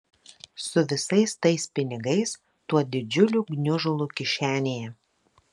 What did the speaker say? su visais tais pinigais tuo didžiuliu gniužulu kišenėje